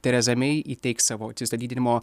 tereza mei įteiks savo atsistatydinimo